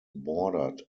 bordered